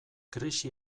krisi